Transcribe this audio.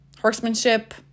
horsemanship